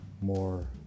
more